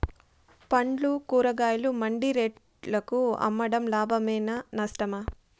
పండ్లు కూరగాయలు మండి రేట్లకు అమ్మడం లాభమేనా నష్టమా?